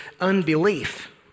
unbelief